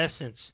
Essence